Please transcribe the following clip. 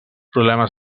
problemes